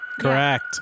Correct